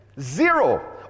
Zero